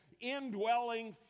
indwelling